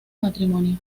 matrimonio